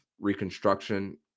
reconstruction